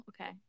okay